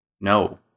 No